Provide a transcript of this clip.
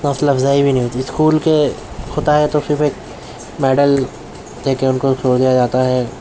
حوصلہ افزائی بھی نہیں ہوتی اسکول کے ہوتا ہے تو صرف ایک میڈل دے کے ان کو چھوڑ دیا جاتا ہے